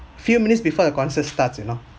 few minutes before the concert starts you know